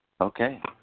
Okay